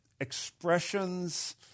expressions